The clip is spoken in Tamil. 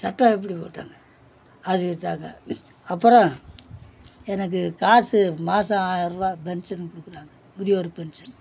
சட்டம் எப்படி போட்டாங்க அறிவிச்சாங்க அப்புறோம் எனக்கு காசு மாதம் ஆயருபா பென்சன் கொடுக்குறாங்க முதியோர் பென்சன்